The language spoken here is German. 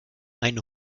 eine